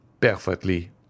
Perfectly